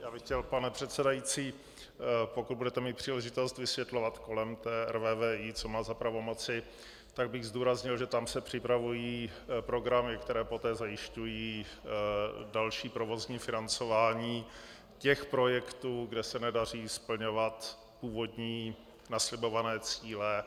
Já bych chtěl, pane předsedající, pokud budete mít příležitost vysvětlovat kolem RVVI, co má za pravomoci, tak bych zdůraznil, že tam se připravují programy, které poté zajišťují další provozní financování těch projektů, kde se nedaří splňovat původní naslibované cíle.